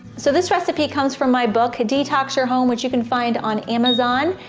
so this recipe comes from my book, detox your home, which you can find on amazon,